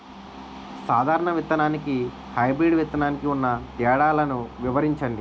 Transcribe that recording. సాధారణ విత్తననికి, హైబ్రిడ్ విత్తనానికి ఉన్న తేడాలను వివరించండి?